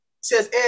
Says